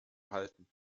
halten